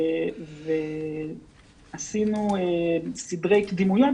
עשינו סדרי קדימויות.